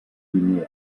guinea